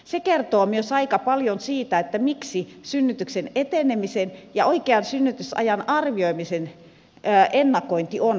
se kertoo myös aika paljon siitä miksi synnytyksen etenemisen ja oikean synnytysajan arvioimisen ennakointi on vaikeaa